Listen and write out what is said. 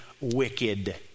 wicked